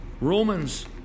Romans